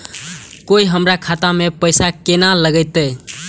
कोय हमरा खाता में पैसा केना लगते?